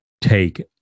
take